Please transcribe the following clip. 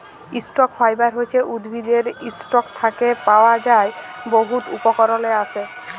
stock fibre হছে উদ্ভিদের ইসটক থ্যাকে পাওয়া যার বহুত উপকরলে আসে